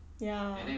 ya